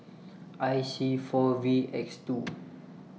I C four V X two